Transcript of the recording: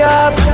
up